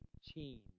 change